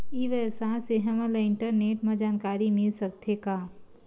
ई व्यवसाय से हमन ला इंटरनेट मा जानकारी मिल सकथे का?